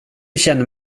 känner